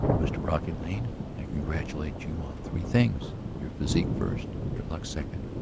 mr. brocky lane, i congratulate you on three things, your physique first, your luck second,